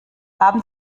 haben